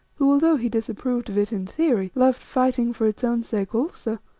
who, although he disapproved of it in theory, loved fighting for its own sake also,